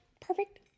perfect